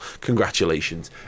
Congratulations